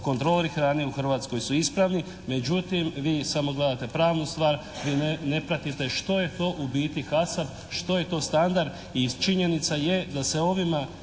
kontroli hrane u Hrvatskoj su ispravni, međutim vi samo gledate pravnu stvar jer ne pratite u biti što je to u biti KASAP, što je to standard i činjenica je da se ovime